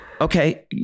okay